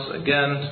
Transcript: again